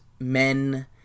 men